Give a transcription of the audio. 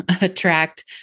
attract